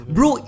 Bro